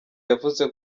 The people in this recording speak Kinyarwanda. yavuze